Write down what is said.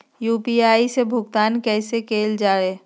UPI से भुगतान कैसे कैल जहै?